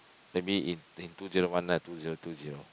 maybe in in two zero one nine two zero two zero